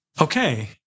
okay